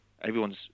everyone's